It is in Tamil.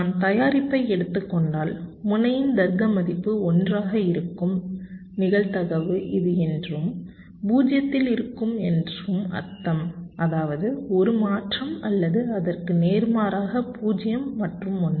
நான் தயாரிப்பை எடுத்துக் கொண்டால் முனையின் தர்க்க மதிப்பு 1 ஆக இருக்கும் நிகழ்தகவு இது என்றும் 0 இல் இருக்கும் என்றும் அர்த்தம் அதாவது ஒரு மாற்றம் அல்லது அதற்கு நேர்மாறாக 0 மற்றும் 1